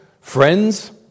Friends